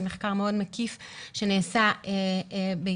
זה מחקר מאוד מקיף שנעשה בישראל.